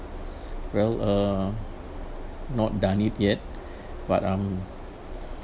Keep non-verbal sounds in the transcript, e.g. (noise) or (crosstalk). (breath) well uh not done it yet (breath) but I'm